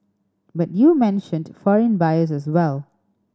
but you mentioned foreign buyers as well